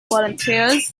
volunteers